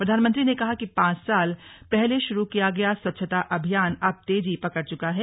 प्रधानमंत्री ने कहा कि पांच साल पहले शुरू किया गया स्वच्छता अभियान अब तेजी पकड़ चुका है